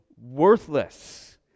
worthless